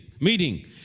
meeting